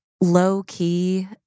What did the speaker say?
low-key